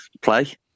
play